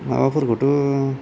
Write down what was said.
माबाफोरखौथ'